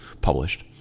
published